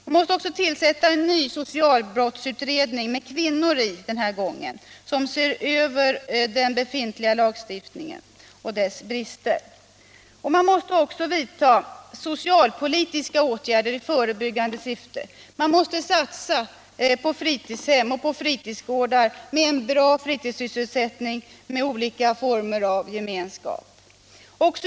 Man måste tillsätta en ny sexualbrottsutredning, den här gången med bara kvinnor i, för att se över den befintliga lagstiftningen och dess brister. Man måste också vidta socialpolitiska åtgärder i förebyggande syfte. Man måste satsa på fritidshem och fritidsgårdar med bra fritidssysselsättning i olika former av gemenskap.